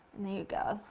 there you go,